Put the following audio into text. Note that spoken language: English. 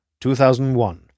2001